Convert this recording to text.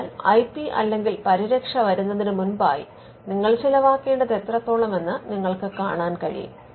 അതിനാൽ I P അല്ലെങ്കിൽ പരിരക്ഷ വരുന്നതിന് മുമ്പായി നിങ്ങൾ ചിലവാക്കേണ്ടത് എത്രത്തോളം എന്ന് നിങ്ങൾക്ക് കാണാൻ കഴിയും